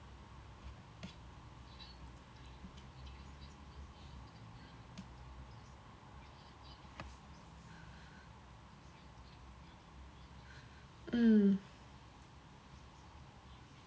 mm